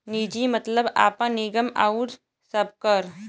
निजी मतलब आपन, निगम आउर सबकर